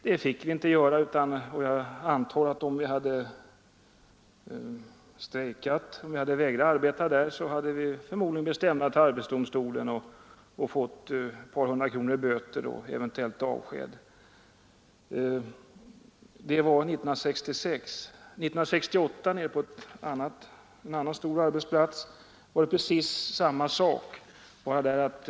Det gick man inte med på, och jag antar att om vi hade strejkat eller vägrat arbeta, hade vi blivit stämda till arbetsdomstolen och fått ett par hundra kronor i böter och eventuellt avsked. Det var 1966. År 1968 var det precis samma sak på en annan stor arbetsplats.